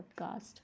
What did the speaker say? podcast